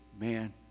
man